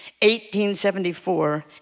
1874